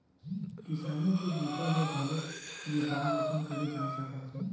किसानी के बूता ल घलोक बेपार असन करे जा सकत हे